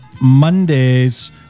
Mondays